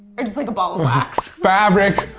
or just like a ball of wax? fabric,